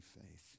faith